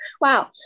wow